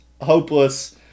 hopeless